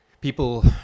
people